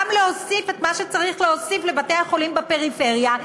גם להוסיף את מה שצריך להוסיף לבתי-החולים בפריפריה,